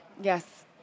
Yes